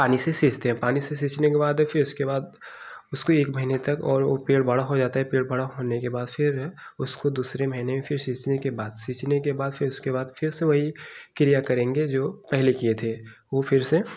पानी से सींचते हैं पानी से सींचते के बाद फ़िर उसके बाद उसको एक महीने तक और वह पेड़ बड़ा हो जाता है पेड़ बड़ा होने के बाद फ़िर उसको दूसरे महीने फ़िर सींचने के बाद सींचने के बाद फ़िर उसके बाद फ़िर से वही क्रिया करेंगे जो पहले किए थे वह फ़िर से